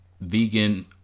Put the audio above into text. vegan